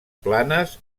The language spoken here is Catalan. planes